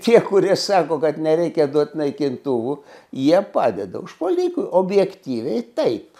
tie kurie sako kad nereikia duot naikintuvų jie padeda užpuolikui objektyviai taip